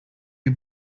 you